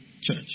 church